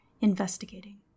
investigating